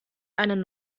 einen